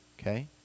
Okay